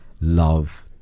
love